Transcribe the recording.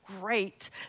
great